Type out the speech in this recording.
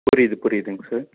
புரியுது புரியுதுங்க சார்